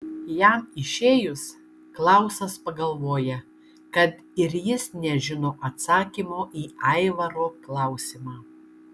jam išėjus klausas pagalvoja kad ir jis nežino atsakymo į aivaro klausimą